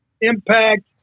impact